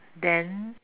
then